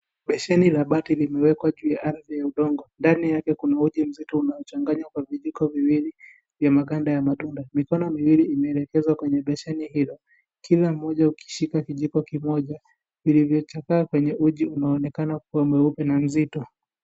Besheni la bati limewekwa juu ya ardhi ya udongo. Ndani yake kuna uji mzito unaochanganywa kwa vijiko viwili vya maganda ya matunda. Mikono miwili imeelegezwa kwenye besheni hilo. Kila mmoja akishika kijiko kimoja vilivyochakaa kwenye uji unaonekana kuwa mweupe na nzito.